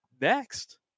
next